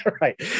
right